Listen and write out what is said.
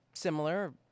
Similar